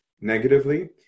negatively